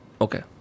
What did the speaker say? Okay